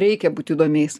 reikia būti įdomiais